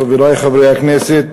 חברי חברי הכנסת,